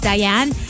Diane